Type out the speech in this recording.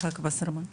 גברת וסרמן.